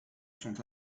sont